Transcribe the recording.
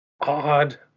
odd